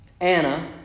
Anna